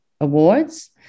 Awards